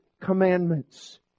commandments